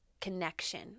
connection